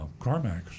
CarMax